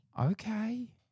Okay